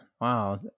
Wow